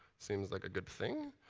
seems like a good thing.